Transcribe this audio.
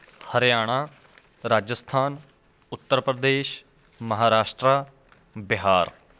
Haryana Rajasthan Uttar Pradesh Maharashtra Bihar